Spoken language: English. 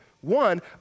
One